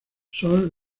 son